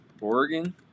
Oregon